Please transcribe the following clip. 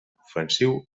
ofensiu